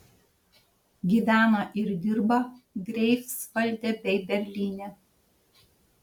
gyvena ir dirba greifsvalde bei berlyne